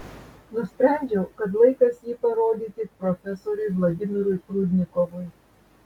nusprendžiau kad laikas jį parodyti profesoriui vladimirui prudnikovui